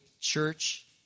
church